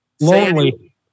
Lonely